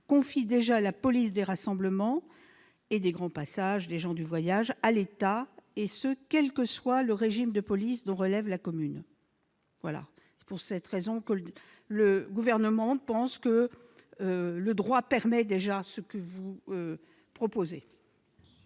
confie déjà la police des rassemblements et des grands passages des gens du voyage à l'État, et ce quel que soit le régime de police dont relève la commune. C'est pourquoi le Gouvernement considère que le droit permet déjà ce que vous proposez.